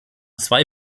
zwei